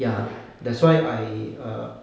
ya that's why I err